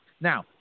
Now